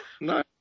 No